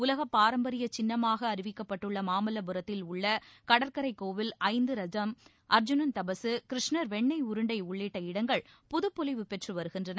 உலகப் பாரம்பரிய சின்னமாக அறிவிக்கப்பட்டுள்ள மாமல்லபுரத்தில் உள்ள கடற்கரைகோவில் ஐந்து ரதம் அர்ஜூனன் தபசு கிருஷ்ணர் வெண்ணெய் உருண்டை உள்ளிட்ட இடங்கள் புதுப்பொலிவு பெற்று வருகின்றன